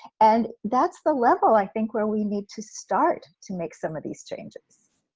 and that's the level i think, where we need to start to make some of these changes.